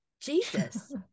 Jesus